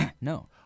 No